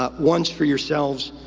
ah once for yourselves,